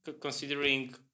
considering